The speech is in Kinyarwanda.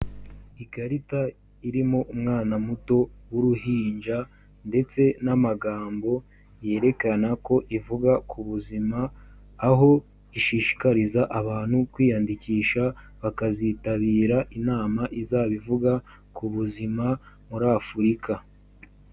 Ikarita irimo umwana muto w'uruhinja, ndetse n'amagambo yerekana ko ivuga ku buzima. Aho ishishikariza abantu kwiyandikisha bakazitabira inama izabivuga ku buzima muri afurika.